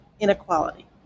inequality